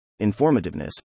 Informativeness